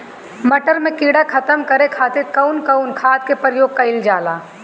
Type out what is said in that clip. मटर में कीड़ा खत्म करे खातीर कउन कउन खाद के प्रयोग कईल जाला?